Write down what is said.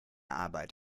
arbeit